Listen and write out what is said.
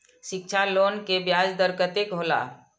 शिक्षा लोन के ब्याज दर कतेक हौला?